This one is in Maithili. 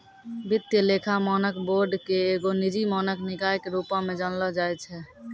वित्तीय लेखा मानक बोर्ड के एगो निजी मानक निकाय के रुपो मे जानलो जाय छै